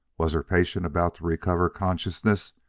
was her patient about to recover consciousness?